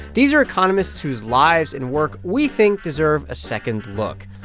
these are economists whose lives and work we think deserve a second look.